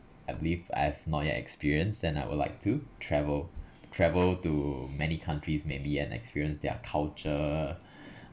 I believe I have not yet experience and I would like to travel travel to many countries maybe and experience their culture